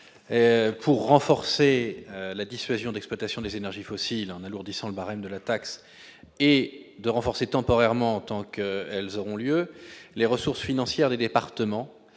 de renforcer la dissuasion d'exploitation des énergies fossiles en alourdissant le barème de la taxe et d'accroître temporairement, tant qu'elles existeront, les ressources financières des départements